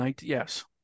Yes